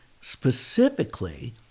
specifically